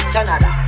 Canada